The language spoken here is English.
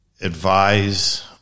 advise